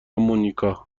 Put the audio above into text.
مونیکا